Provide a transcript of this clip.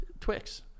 Twix